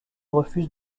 refusent